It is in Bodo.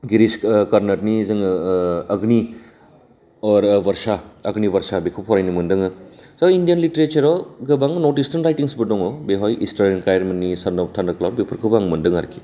गिरिस कार्नाटनि जोङो ओगनि और वरशा अगनि वरशा बेखौ फरायनो मोनदों जा इन्डियान लिटारेचाराव गोबां नर्थ इस्टार्न रायथिंसबो दङ बेवहाय इस्टारिन खायरेनि सान अफ थान्दारक्लाउड बेफोरखौबो आं मोनदों आरोखि